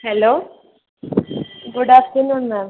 hello good after noon ma'am